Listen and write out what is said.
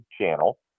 channel